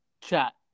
chat